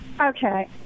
Okay